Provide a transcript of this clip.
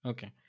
Okay